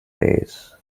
ways